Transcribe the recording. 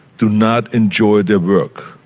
do not enjoy their work.